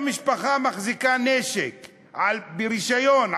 או כשמשפחה מחזיקה נשק ברישיון,